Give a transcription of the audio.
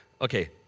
Okay